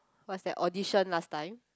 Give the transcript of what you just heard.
what's that audition last time